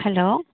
hello